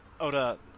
Oda